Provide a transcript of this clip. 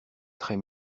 très